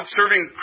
serving